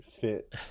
Fit